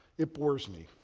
it bores me.